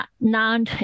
non